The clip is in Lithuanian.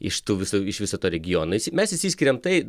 iš tų visų iš viso to regiono is mes išsiskiriam tai